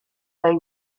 dai